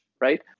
right